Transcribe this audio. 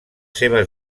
seves